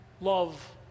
love